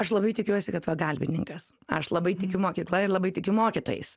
aš labai tikiuosi kad pagalbininkas aš labai tikiu mokykla labai tikiu mokytojais